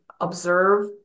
observe